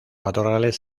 matorrales